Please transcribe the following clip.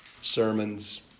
sermons